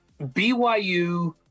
BYU